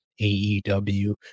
AEW